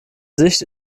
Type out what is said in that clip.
sicht